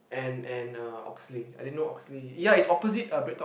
and and uh Oxley I didn't know Oxley ya it's opposite uh BreakTalk